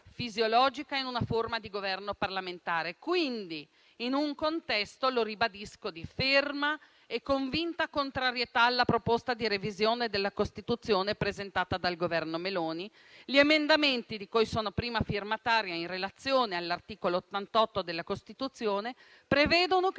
fisiologica in una forma di Governo parlamentare: quindi - lo ribadisco - in un contesto di ferma e convinta contrarietà alla proposta di revisione della Costituzione presentata dal Governo Meloni. Gli emendamenti di cui sono prima firmataria, in relazione all'articolo 88 della Costituzione, prevedono che il